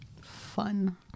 Fun